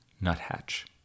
nuthatch